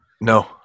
No